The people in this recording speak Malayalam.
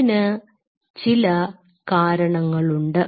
അതിന് ചില കാരണങ്ങളുണ്ട്